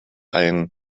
ein